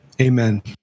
Amen